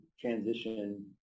transition